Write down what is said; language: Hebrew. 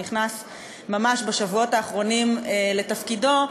שנכנס ממש בשבועות האחרונים לתפקידו,